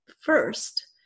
first